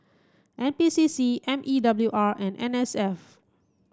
N P C C M E W R and N S F